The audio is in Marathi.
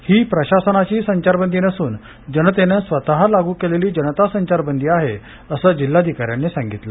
ही प्रशासनाची संचारबंदी नसून जनतेनं स्वत लागू केलेली जनता संचारबंदी आहे असं जिल्हाधिकाऱ्यांनी सांगितलं